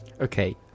Okay